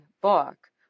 book